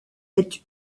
est